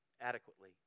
adequately